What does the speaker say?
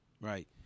Right